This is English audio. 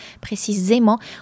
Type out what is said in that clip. précisément